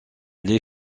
les